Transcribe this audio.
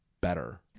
better